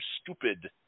stupid